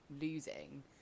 losing